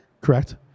Correct